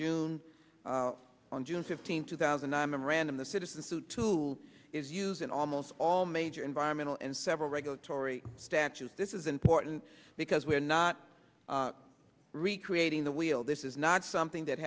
june on june fifteenth two thousand and random the citizen suit tool is used in almost all major environmental and several regulatory statutes this is important because we are not recreating the wheel this is not something that